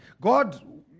God